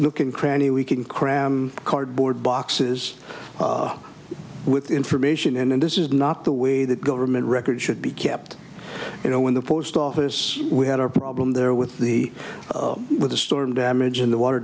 looking cranny we can cram cardboard boxes with information in and this is not the way that government records should be kept you know in the post office we had our problem there with the with the storm damage in the water